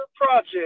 project